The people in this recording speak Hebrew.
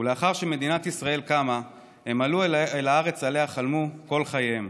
ולאחר שמדינת ישראל קמה הם עלו אל הארץ שעליה חלמו כל חייהם.